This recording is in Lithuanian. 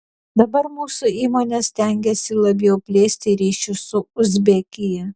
dabar mūsų įmonė stengiasi labiau plėsti ryšius su uzbekija